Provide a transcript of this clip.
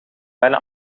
bijna